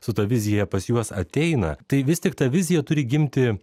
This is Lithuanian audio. su ta vizija pas juos ateina tai vis tik ta vizija turi gimti